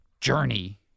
journey